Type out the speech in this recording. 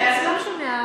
אז לא משנה,